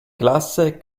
classe